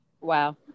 Wow